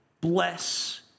bless